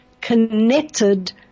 connected